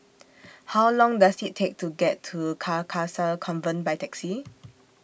How Long Does IT Take to get to Carcasa Convent By Taxi